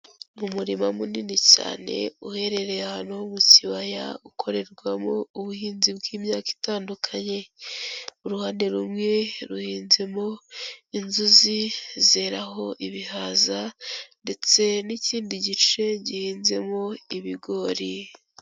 Umurima munini cyane uherereye ahantu ho mu kibaya ukorerwamo ubuhinzi bw'imyaka itandukanye, uruhande rumwe ruhinzemo inzuzi zeraho ibihaza ndetse n'ikindi gice gihinzemo ibigori.